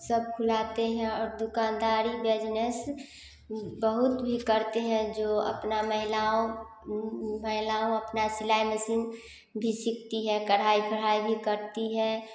और सब खुलते है और दुकनदारी बिजनेस बहुत भी करते हैं जो अपना महिलाओं महिलाओं अपना सिलाई मशीन भी सीखती है कढ़ाई पढ़ाई भी करती है